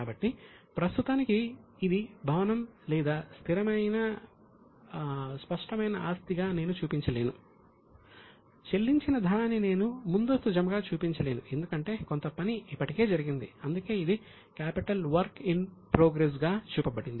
కాబట్టి ప్రస్తుతానికి ఇది భవనం లేదా స్థిరమైన స్పష్టమైన ఆస్తిగా నేను చూపించలేను చెల్లించిన ధనాన్ని నేను ముందస్తు జమగా చూపించలేను ఎందుకంటే కొంత పని ఇప్పటికే జరిగింది అందుకే ఇది కాపిటల్ వర్క్ ఇన్ ప్రోగ్రెస్గా చూపబడింది